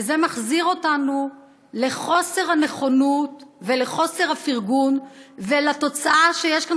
וזה מחזיר אותנו לחוסר הנכונות ולחוסר הפרגון ולתוצאה שיש כאן